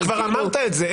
כבר אמרת את זה.